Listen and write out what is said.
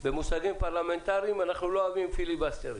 במושגים פרלמנטריים: אנחנו לא אוהבים פיליבסטרים.